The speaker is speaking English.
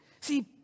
See